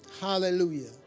Hallelujah